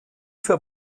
für